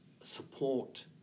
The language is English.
support